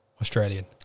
Australian